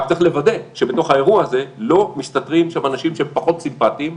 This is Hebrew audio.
רק צריך לוודא שבתוך האירוע הזה לא מסתתרים אנשים שהם פחות סימפטיים,